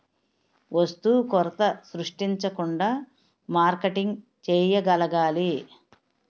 వస్తు కొరత సృష్టించకుండా మార్కెటింగ్ చేయగలగాలి